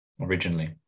Originally